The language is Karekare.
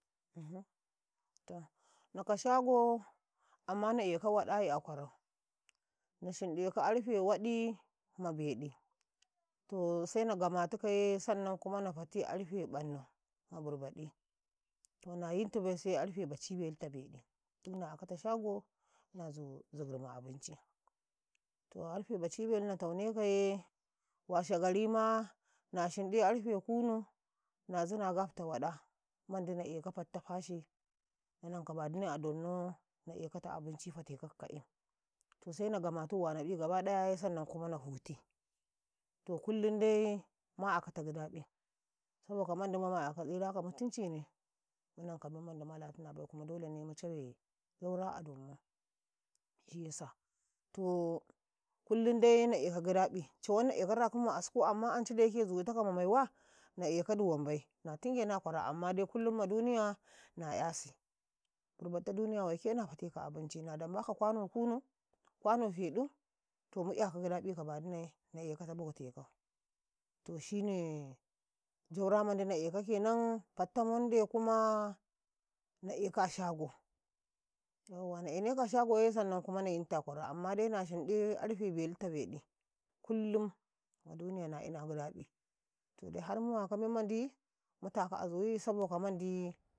﻿ toh naka shago, amma na eka waɗayi a kwarau, ma shirɗeka arfe waɗi ma ƃedi, to se na gutkaye, sannan kuma na tati arte ƃanne ma burbadi to nayi ntubai se arfe bacibeluta beɗi, duk na akata shago nazu zigir ma abinci, to arfe baci ,balu na taunekaye, washa garima, na shinɗe arfe kunu na zina gafta waɗa mandi na eka fatta fashi nananka badne a donno na ekata waɗa fate kata ka ka'i tose na gutu wanai, giɗtau, sannam na huti, to kullum dai ma akata gidaƃi, saboka manɗi mu mayaka tsiraka mutuncine, mu nanka memmandi mala hinabai kuma dolene mu cawe jaura a donmu, toh kulun dai na eka gidaƃi, cawanna eka rakin ma asku amma ance da yake zu ɗautaka ma maiwa na ekadi wambai, na tinge a lawanau amma kullum ma duniya na 'yasi birbaɗta duniya waike na fate ka abinci, na dambaka kwano, kunu, kwano feɗu, to mu iyaka gidaƃi ka badneyi na ekata bautekau, to shinine jaura mandi na ekau kenan fatta munde kuma na eka a shago yawwa na enaka a shagoye sannan kuma na yintu a kwarau amma de na na shinde karfe beluta beɗi, kullum ma duniya na ina gidabi to de har muwaka mummandi mu taka a zuyi saboka mandi.